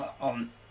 on